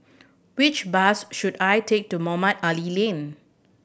which bus should I take to Mohamed Ali Lane